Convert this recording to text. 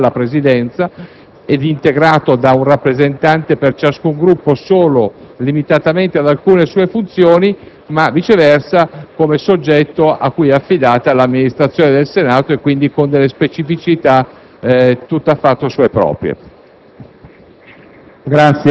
individuandolo non già come un soggetto derivato dalla Presidenza e integrato da un rappresentante per ciascun Gruppo solo limitatamente ad alcune sue funzioni, ma, viceversa, come soggetto cui è affidata l'amministrazione del Senato e quindi con delle specificità